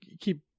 keep